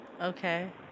Okay